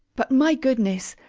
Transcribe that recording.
but, my goodness,